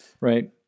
Right